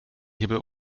hebel